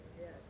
Yes